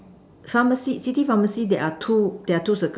pharmacy city pharmacy there are two there are two circle